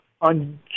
on